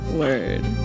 word